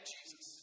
Jesus